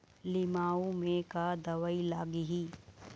लिमाऊ मे का दवई लागिही?